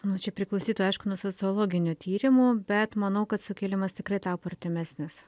nu čia priklausytų aišku nuo sociologinių tyrimų bet manau kad sukilimas tikrai tapo artimesnis